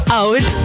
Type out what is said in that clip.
out